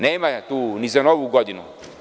Nema je tu ni za Novu godinu.